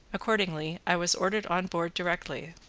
accordingly i was ordered on board directly.